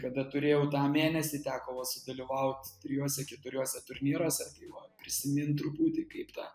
kada turėjau tą mėnesį teko va sudalyvaut trijuose keturiuose turnyruose tai va prisimint truputį kaip tą